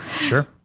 Sure